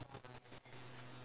<S?